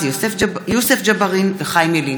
יוסף ג'בארין וחיים ילין בנושא: